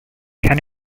can